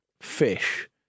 fish